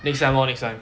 next time lor next time